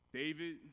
david